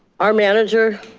our manager,